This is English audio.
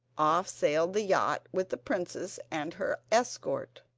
off sailed the yacht with the princess and her escort.